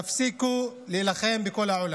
תפסיקו להילחם בכל העולם.